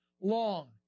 long